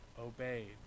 obeyed